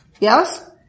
Yes